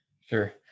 sure